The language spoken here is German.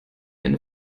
eine